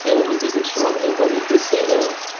and what was the control. it wasn't placebo,